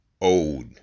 old